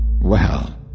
well—